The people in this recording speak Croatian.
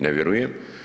Ne vjerujem.